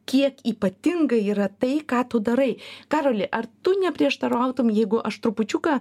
kiek ypatinga yra tai ką tu darai karoli ar tu neprieštarautum jeigu aš trupučiuką